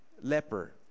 leper